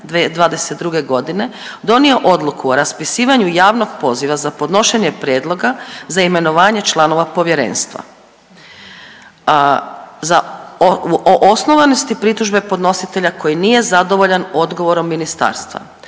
2022. godine donio odluku o raspisivanju javnog poziva za podnošenje prijedloga za imenovanje članova povjerenstva za ovu, o osnovanosti pritužbe podnositelja koji nije zadovoljan odgovorom ministarstva.